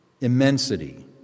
immensity